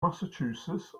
massachusetts